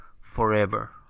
forever